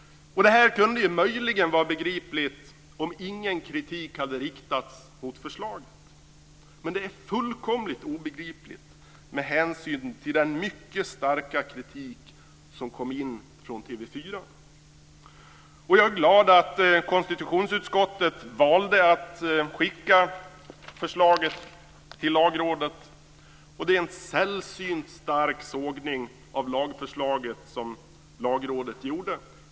Detta kunde möjligen vara begripligt om ingen kritik hade riktats mot förslaget men det är fullkomligt obegripligt med hänsyn till den mycket starka kritik som kom in från TV 4. Jag är glad att konstitutionsutskottet valde att skicka förslaget till Lagrådet. Det är en sällsynt stark sågning av lagförslaget som Lagrådet gjorde.